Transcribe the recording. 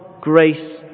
grace